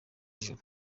ijuru